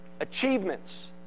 achievements